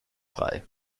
frei